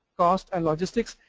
cost and logistics,